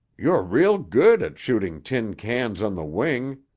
you're real good at shooting tin cans on the wing,